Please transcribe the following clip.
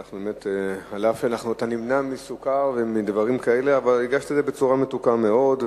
אף שאתה נמנע מסוכר ומדברים כאלה הגשת את זה בצורה מתוקה מאוד,